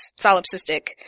solipsistic